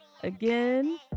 Again